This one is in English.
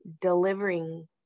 delivering